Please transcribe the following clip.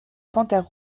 panthère